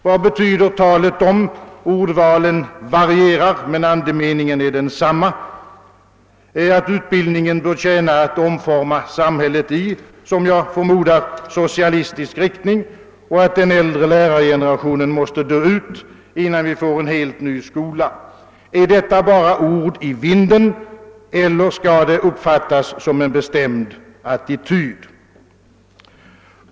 = Vad betyder talet om — ordvalet varierar men andemeningen är densamma — att utbildningen bör tjäna till att omforma samhället i, som jag förmodar, socialistisk riktning och att den äldre lärargenerationen måste dö ut, innan vi får en helt ny skola? Är detta bara ord i vinden eller skall de uppfattas som en bestämd attityd?